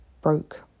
broke